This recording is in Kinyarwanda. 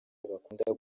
bakunda